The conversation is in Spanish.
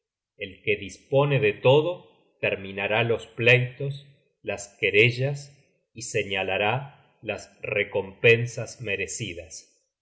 el que dispone de todo terminará los pleitos las querellas y señalará las recompensas merecidas